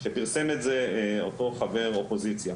שפרסם את זה אותו חבר אופוזיציה